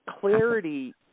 clarity